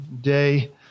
day